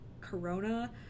corona